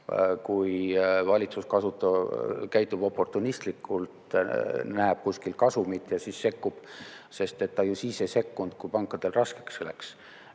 kui valitsus käitub oportunistlikult: näeb kuskil kasumit ja siis sekkub. Ta ju siis ei sekkunud, kui pankadel raskeks läks.